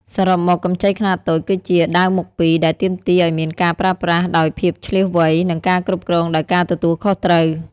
សរុបមក កម្ចីខ្នាតតូចគឺជា "ដាវមុខពីរ" ដែលទាមទារឱ្យមានការប្រើប្រាស់ដោយភាពឆ្លាតវៃ និងការគ្រប់គ្រងដោយការទទួលខុសត្រូវ។